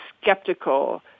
skeptical